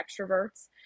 extroverts